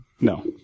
No